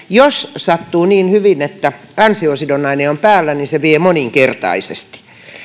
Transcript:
jos sattuu niin hyvin että ansiosidonnainen on päällä niin se vie moninkertaisesti